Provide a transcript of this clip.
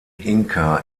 inka